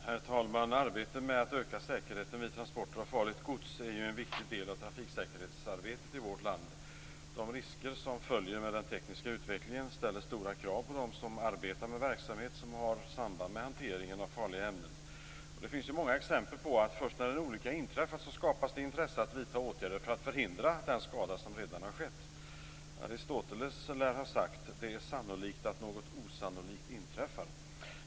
Herr talman! Arbetet med att öka säkerheten vid transporter av farligt gods är en viktig del av trafiksäkerhetsarbetet i vårt land. De risker som följer den tekniska utvecklingen ställer stora krav på dem som arbetar med verksamhet som har samband med hanteringen av farliga ämnen. Det finns många exempel på att först när en olycka har inträffat skapas det intresse att vidta åtgärder för att förhindra den skada som redan har skett. Aristoteles lär ha sagt: Det är sannolikt att något osannolikt inträffar.